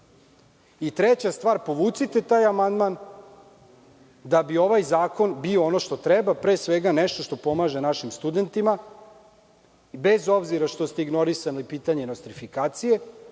znate. Treća stvar, povucite taj amandman da bi ovaj zakon bio ono što treba, pre svega nešto što pomaže našim studentima, bez obzira što ste ignorisali pitanje nostrifikacije,